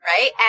right